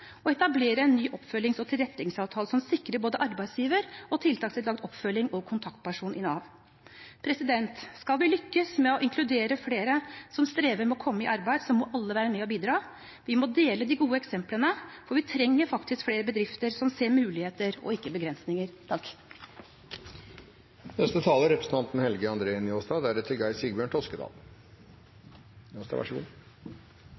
etablere en ny oppfølgings- og tilretteleggingsavtale som sikrer både arbeidsgiver og tiltaksdeltager oppfølging og kontaktperson i Nav. Skal vi lykkes med å inkludere flere som strever med å komme i arbeid, må alle være med og bidra. Vi må dele de gode eksemplene, og vi trenger faktisk flere bedrifter som ser muligheter og ikke begrensninger.